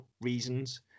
Reasons